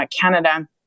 canada